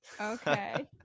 Okay